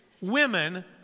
women